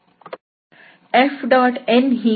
Fn ಹೀಗಿದೆ